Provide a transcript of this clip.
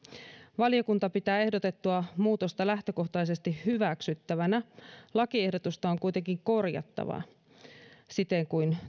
valiokunta pitää ehdotettua muutosta lähtökohtaisesti hyväksyttävänä lakiehdotusta on kuitenkin korjattava siten kuin